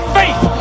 faith